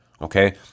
okay